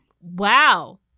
Wow